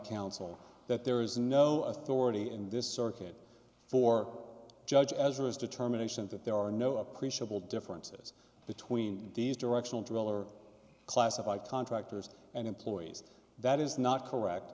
counsel that there is no authority in this circuit for judge as it is determination that there are no appreciable differences between these directional driller classify contractors and employees that is not correct